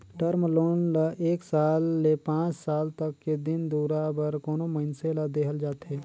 term loan ल एक साल ले पांच साल तक के दिन दुरा बर कोनो मइनसे ल देहल जाथे